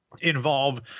involve